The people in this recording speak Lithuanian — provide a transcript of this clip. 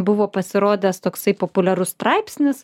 buvo pasirodęs toksai populiarus straipsnis